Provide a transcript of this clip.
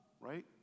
right